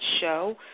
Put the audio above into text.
show